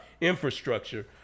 infrastructure